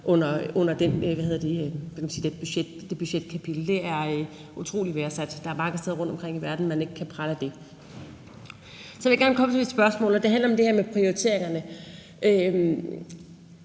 under det budgetkapitel. Det er utrolig værdsat. Der er mange steder rundtomkring i verden, hvor man ikke kan prale af det. Så vil jeg gerne komme med et spørgsmål, og det handler om det her med prioriteringerne.